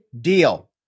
deal